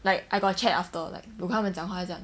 like I got chat after like 有跟他们讲话将